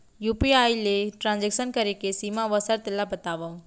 UPI ले transaction करे के सीमा व शर्त ला बतावव?